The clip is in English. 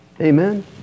Amen